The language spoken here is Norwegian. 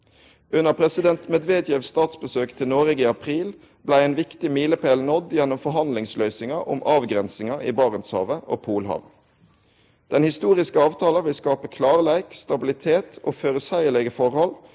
Under president Medvedjevs statsbesøk til Noreg i april blei ein viktig milepæl nådd gjennom forhandlingsløysin ga om avgrensinga i Barentshavet og Polhavet. Den historiske avtala vil skape klarleik, stabilitet og føreseielege forhold